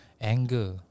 anger